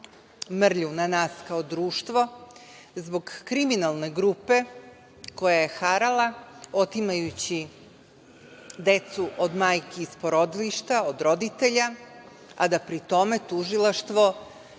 mrlju na nas kao društvo zbog kriminalne grupe koja je harala otimajući decu od majki iz porodilišta, od roditelja, a da pri tome tužilaštvo